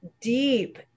deep